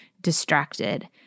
distracted